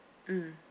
mm